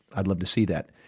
i'd love to see that.